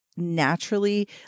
naturally